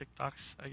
TikToks